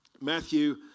matthew